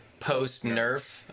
post-nerf